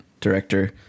director